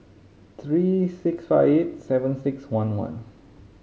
three six five eight seven six one one